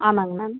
ஆமாம்ங்க மேம்